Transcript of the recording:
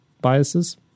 biases